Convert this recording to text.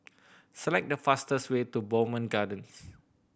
select the fastest way to Bowmont Gardens